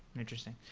interesting.